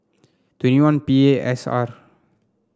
twenty one P A S R